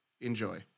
Enjoy